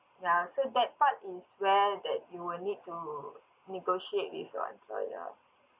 ya so that part is where that you will need to negotiate with your employer